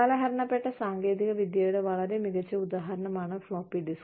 കാലഹരണപ്പെട്ട സാങ്കേതികവിദ്യയുടെ വളരെ മികച്ച ഉദാഹരണമാണ് ഫ്ലോപ്പി ഡിസ്ക്